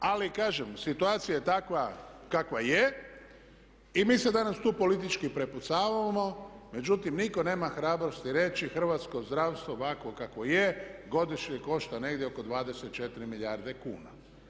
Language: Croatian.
Ali kažem, situacija je takva kakva je i mi se danas tu politički prepucavamo međutim nitko nema hrabrosti reći hrvatsko zdravstvo ovakvo kakvo je godišnje košta negdje oko 24 milijarde kuna.